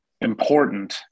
important